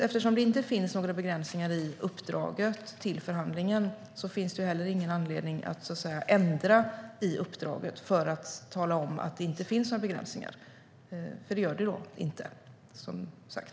Eftersom det inte finns några begränsningar i uppdraget till förhandlingen finns det inte heller någon anledning att ändra i uppdraget för att tala om att det inte finns några begränsningar. Det gör det alltså inte, som sagt.